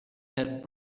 had